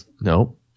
Nope